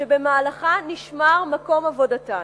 שבמהלכה נשמר מקום עבודתן.